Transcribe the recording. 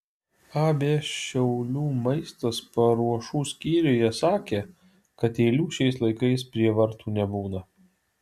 ab šiaulių maistas paruošų skyriuje sakė kad eilių šiais laikais prie vartų nebūna